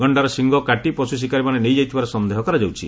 ଗଣ୍ଡାର ସିଙ୍ଗ କାଟି ପଶୁଶିକାରୀମାନେ ନେଇଯାଇଥିବାର ସନ୍ଦେହ କରାଯାଉଛି